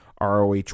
ROH